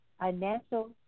financial